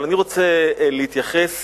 אני רוצה להתייחס